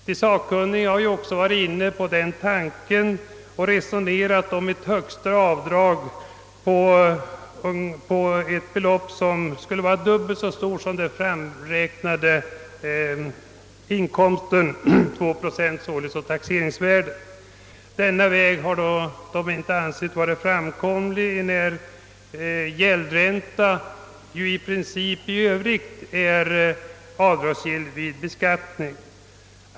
De sakkunniga har ju också varit inne på den tanken och därvid resonerat om ett högsta avdrag uppgående till ett belopp som vore dubbelt så stort som den framräknade inkomsten. Denna väg har inte ansetts vara framkomlig eftersom gäldränta i övrigt i princip är avdragsgill vid beskattning.